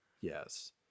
Yes